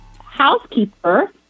housekeeper